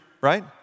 right